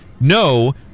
no